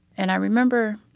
and i remember